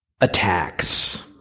attacks